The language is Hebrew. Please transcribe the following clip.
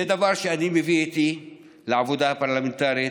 זה דבר שאני מביא איתי לעבודה הפרלמנטרית.